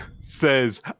says